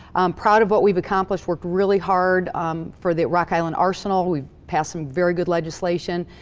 proud of what we've accomplished, worked really hard for the rock island arsenal. we've passed some very good legislation.